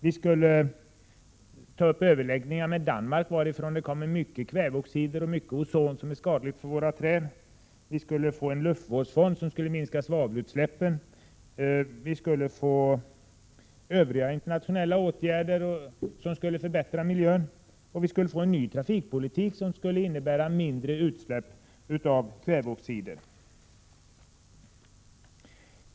Vi skulle ta upp överläggningar med Danmark, varifrån det kommer mycket kväveoxider och mycket ozon som är skadligt för våra träd. Vi skulle få en luftvårdsfond som skulle minska svavelutsläppen. Vi skulle få övriga internationella åtgärder som skulle förbättra miljön, och vi skulle få en ny trafikpolitik som skulle innebära mindre utsläpp av kväveoxider.